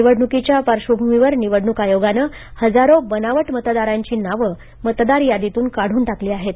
निवडणुकीच्या पार्श्वभूमीवर निवडणूक आयोगानं हजारो बनावट मतदारांची नावं मतदार यादीतून काढून टाकलीआहेत